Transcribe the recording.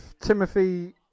Timothy